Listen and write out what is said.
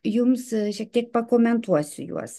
jums šiek tiek pakomentuosiu juos